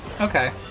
okay